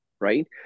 right